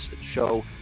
show